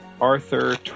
Arthur